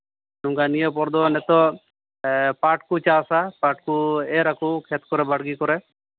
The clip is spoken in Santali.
ᱱᱤᱭᱟᱹ ᱯᱚᱨ ᱫᱚ ᱱᱤᱛᱚᱜ ᱯᱟᱴᱷ ᱠᱚ ᱪᱟᱥᱼᱟ ᱯᱟᱴᱷ ᱠᱚ ᱮᱨ ᱟᱠᱚ ᱠᱷᱮᱛ ᱠᱚᱨᱮ ᱵᱟᱲᱜᱮ ᱠᱚᱨᱮ